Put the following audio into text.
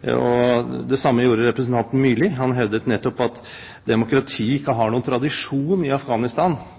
Det samme gjorde representanten Myrli, han hevdet nettopp at demokratiet ikke